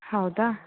ಹೌದಾ